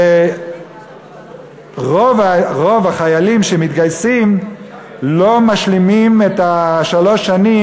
ורוב החיילים שמתגייסים לא משלימים את שלוש השנים,